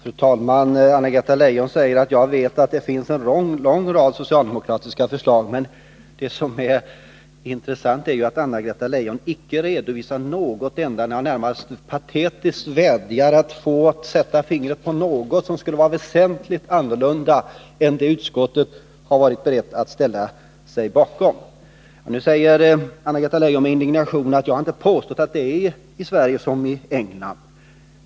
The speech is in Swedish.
Fru talman! Anna-Greta Leijon säger att jag vet att det finns en lång rad socialdemokratiska förslag. Men det som är intressant är ju att Anna-Greta Leijon icke redovisar något enda när hon närmast patetiskt vädjar om att få sätta fingret på något som skulle vara väsentligt annorlunda än det utskottet har varit berett att ställa sig bakom. Nu säger Anna-Greta Leijon med indignation att ”jag har inte påstått att det är i Sverige som i England”.